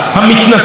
ואם אפשר לומר,